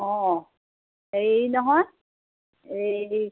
অঁ হেৰি নহয় এই